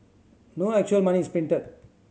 no actual money is printed